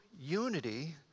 unity